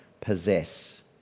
possess